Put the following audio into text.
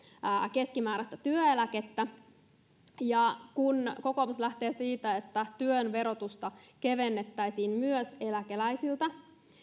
keskimääräistä työeläkettä kun kokoomus lähtee siitä että työn verotusta kevennettäisiin myös eläkeläisiltä